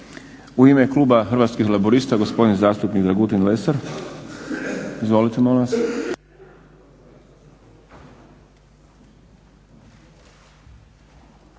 U ime kluba Hrvatskih laburista gospodin zastupnik Dragutin Lesar. Izvolite molim vas.